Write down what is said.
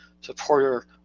supporter